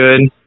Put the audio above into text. good